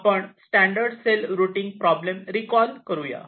आपण standard cell routing problem recall करूया